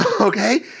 Okay